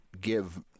give